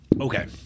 okay